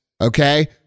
Okay